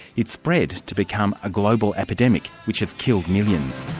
it spread to become a global epidemic, which has killed millions.